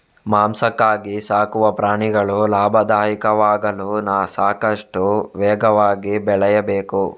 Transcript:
ಮಾಂಸಕ್ಕಾಗಿ ಸಾಕುವ ಪ್ರಾಣಿಗಳು ಲಾಭದಾಯಕವಾಗಲು ಸಾಕಷ್ಟು ವೇಗವಾಗಿ ಬೆಳೆಯಬೇಕು